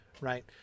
right